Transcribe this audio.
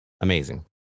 Amazing